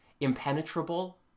Impenetrable